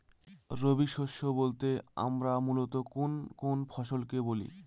রবি শস্য বলতে আমরা মূলত কোন কোন ফসল কে বলি?